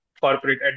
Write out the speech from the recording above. corporate